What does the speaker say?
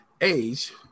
age